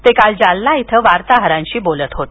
ते काल जालना इथं वार्ताहरांशी बोलत होते